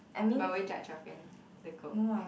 but will you judge your friend the girl (aiya)